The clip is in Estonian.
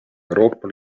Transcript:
euroopa